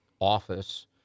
office